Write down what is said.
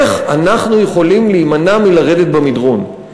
איך אנחנו יכולים להימנע מלרדת במדרון.